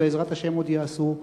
ובעזרת השם עוד יעשו,